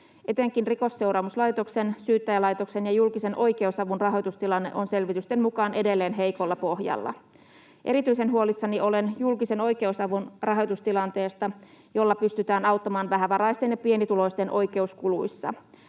Etenkin Rikosseuraamuslaitoksen, Syyttäjälaitoksen ja julkisen oikeusavun rahoitustilanne on selvitysten mukaan edelleen heikolla pohjalla. Erityisen huolissani olen julkisen oikeusavun rahoitustilanteesta, jolla pystytään auttamaan vähävaraisten ja pienituloisten oikeuskuluissa.